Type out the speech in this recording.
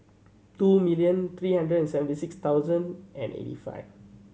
two million three hundred and seventy six thousand and eighty five